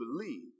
believe